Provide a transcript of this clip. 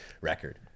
record